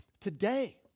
Today